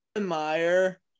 Meyer